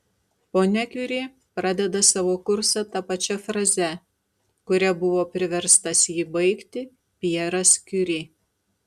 ponia kiuri pradeda savo kursą ta pačia fraze kuria buvo priverstas jį baigti pjeras kiuri